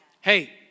Hey